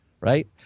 right